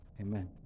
Amen